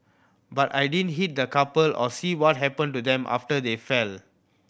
but I didn't hit the couple or see what happened to them after they fell